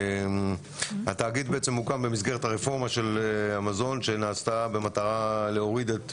התאגיד הוקם במסגרת הרפורמה של המזון שנעשתה במטרה להוריד את